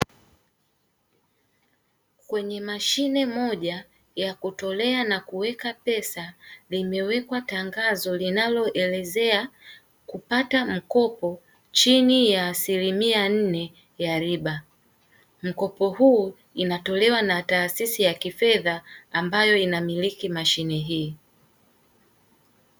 Kwenye mashine moja ya kutolea na kuweka pesa, limewekwa tangazo linaloelezea kupata mkopo chini ya asilimia nne ya riba. Mkopo huu unatolewa na taasisi ya kifedha inayomiliki mashine hii.